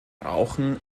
rauchen